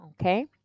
Okay